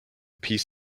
peace